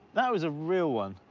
that was a real one.